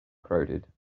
crowded